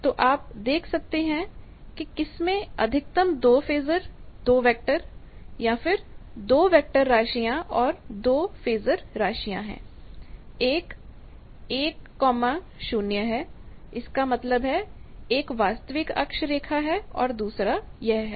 तो आप देख सकते हैं कि किस में अधिकतम 2 फेजर 2 वैक्टर या 2 वेक्टर राशियां और 2 फेजर राशियां हैं एक 10 है इसका मतलब है एक वास्तविक अक्ष रेखा और दूसरा है